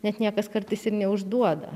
net niekas kartais ir neužduoda